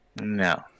no